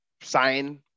sign